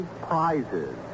prizes